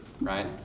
right